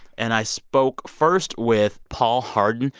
and i spoke first with paul hardin.